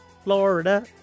Florida